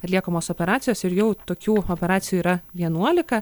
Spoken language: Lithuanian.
atliekamos operacijos ir jau tokių operacijų yra vienuolika